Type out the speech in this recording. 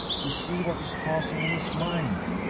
you see what is passing in his mind.